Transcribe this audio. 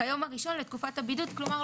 כיום הראשון לתקופה הבידוד.;" כלומר,